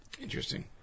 Interesting